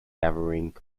gathering